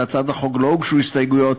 להצעת החוק לא הוגשו הסתייגות,